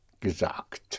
gesagt